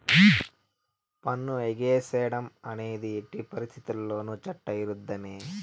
పన్ను ఎగేసేడం అనేది ఎట్టి పరిత్తితుల్లోనూ చట్ట ఇరుద్ధమే